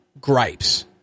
gripes